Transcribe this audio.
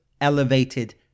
elevated